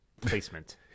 placement